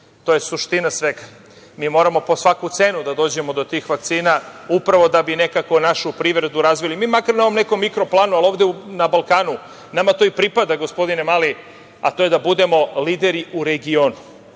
To je suština svega. Mi moramo po svaku cenu da dođemo do tih vakcina, upravo da bi nekako našu privredu razvili. Mi makar na ovom nekom mikro planu, ali ovde na Balkanu, nama to i pripada gospodine Mali, a to je da budemo lideri u regionu.